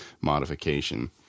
modification